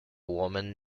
woman